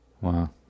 Wow